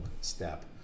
step